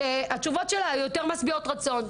שהתשובות שלה היו יותר משביעות רצון.